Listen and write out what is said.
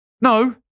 No